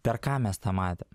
per ką mes tą matėm